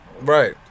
Right